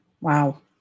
Wow